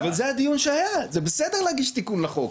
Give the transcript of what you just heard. אבל זה הדיון שהיה, זה בסדר להגיש תיקון לחוק.